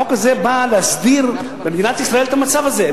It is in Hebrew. החוק הזה בא להסדיר במדינת ישראל את המצב הזה.